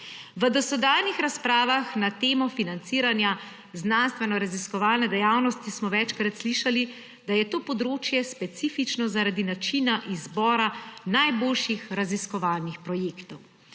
V dosedanjih razpravah na temo financiranja znanstvenoraziskovalne dejavnosti smo večkrat slišali, da je to področje specifično zaradi načina izbora najboljših raziskovalnih projektov.